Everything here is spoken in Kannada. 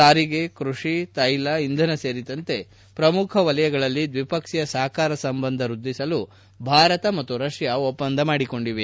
ಸಾರಿಗೆ ಕೃಷಿ ತೈಲ ಇಂಧನ ಸೇರಿದಂತೆ ಪ್ರಮುಖ ಕ್ಷೇತ್ರಗಳಲ್ಲಿ ದ್ವಿಪಕ್ಷೀಯ ಸಹಕಾರ ಸಂಬಂಧ ವೃದ್ಧಿಸಲು ಭಾರತ ಮತ್ತು ರಷ್ಯಾ ಒಪ್ಪಂದ ಮಾಡಿಕೊಂಡಿವೆ